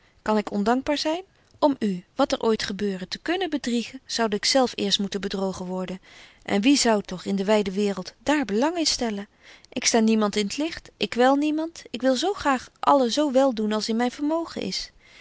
kan ik ondankbaar zyn om u wat er ooit gebeure te kunnen bedriegen zoude ik zelf eerst moeten bedrogen worden en wie zou toch in de wyde waereld dààr betje wolff en aagje deken historie van mejuffrouw sara burgerhart belang in stellen ik sta niemand in t licht ik kwel niemand ik wil zo graag allen zo wel doen als in myn vermogen is